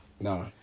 No